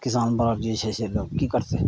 किसान वर्ग जे छै से सब कि करतै